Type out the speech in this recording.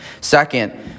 Second